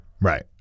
Right